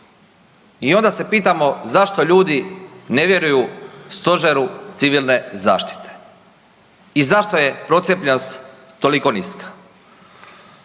I onda se pitamo zašto ljudi ne vjeruju Stožeru civilne zaštite i zašto je procijepljenost toliko niska.